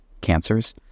cancers